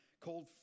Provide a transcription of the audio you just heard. called